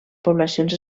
poblacions